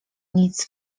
nic